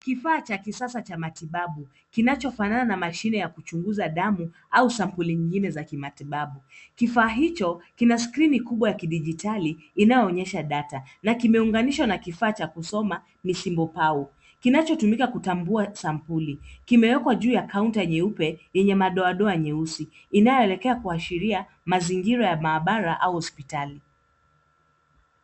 Kifaa cha kisasa cha matibabu, kinachofanana na mashine ya kuchunguza damu au sampuli nyingine za kimaabara. Kina skrini kubwa ya kidijitali inayoonyesha data na kimeunganishwa na kifaa cha kusoma misimbo ya barua. Sampuli zinazotambulika zimewekwa juu ya kaunta nyeupe yenye uso laini wa nyuso nyeusi, inayolekea kwenye maabara au hospitali